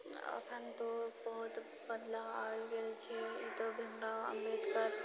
अखन तऽ बहुत बदलाओ आबि गेल छै ई तऽ भीम राव अम्बेदकर